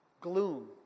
Gloom